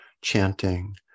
chanting